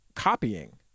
copying